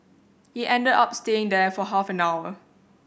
he ended up staying there for half an hour